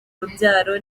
urubyaro